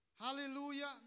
Hallelujah